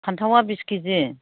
फान्थावआ बिस केजि